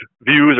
views